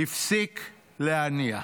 הפסיק להניע.